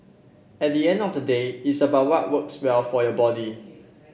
at the end of the day it's about what works well for your body